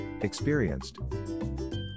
Experienced